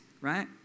right